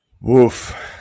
Woof